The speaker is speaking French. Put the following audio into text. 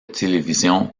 télévision